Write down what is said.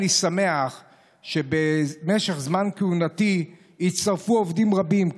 אני שמח שבמשך זמן כהונתי הצטרפו עובדים רבים,